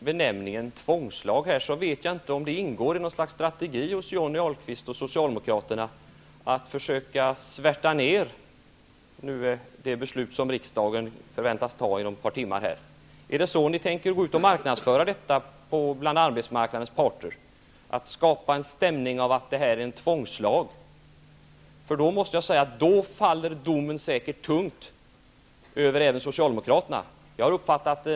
Herr talman! Jag vet inte om benämningen tvångslag ingår som något slags strategi hos Johnny Ahlqvist och Socialdemokraterna för att försöka svärta ner det som riksdagen om några timmar förväntas besluta om. Är det så ni tänker gå ut och marknadsföra detta bland arbetsmarknadens parter, att skapa en stämning av att detta är en tvångslag? I så fall faller domen säkert mycket tungt över Socialdemokraterna.